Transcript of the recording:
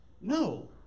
No